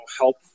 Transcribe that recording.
help